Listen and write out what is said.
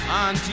on